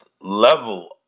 level